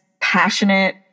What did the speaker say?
passionate